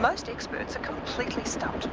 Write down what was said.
most experts are completely stumped.